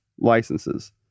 licenses